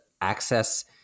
access